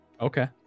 Okay